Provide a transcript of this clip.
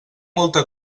molta